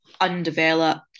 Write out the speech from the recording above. undeveloped